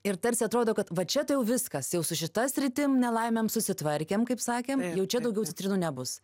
ir tarsi atrodo kad va čia tai jau viskas jau su šita sritim nelaimėm susitvarkėm kaip sakėm jau čia daugiau citrinų nebus